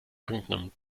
irgendeinem